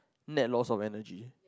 net loss of energy